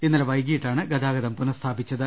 ഇന്നലെ വൈകിട്ടാണ് ഗതാഗതം പുനസ്ഥാപി ച്ചത്